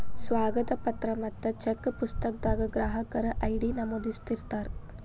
ಸ್ವಾಗತ ಪತ್ರ ಮತ್ತ ಚೆಕ್ ಪುಸ್ತಕದಾಗ ಗ್ರಾಹಕರ ಐ.ಡಿ ನಮೂದಿಸಿರ್ತಾರ